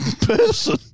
Person